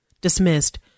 Dismissed